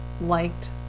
liked